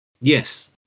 Yes